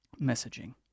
messaging